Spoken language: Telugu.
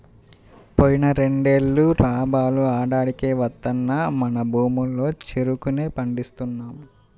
పోయిన రెండేళ్ళు లాభాలు ఆడాడికే వత్తన్నా మన భూముల్లో చెరుకునే పండిస్తున్నాం